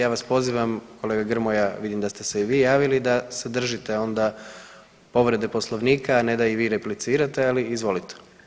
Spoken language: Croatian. Ja vas pozivam, kolega Grmoja vidim da ste se i vi javili da se držite onda povrede Poslovnika, a ne da i vi replicirate ali izvolite.